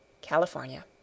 California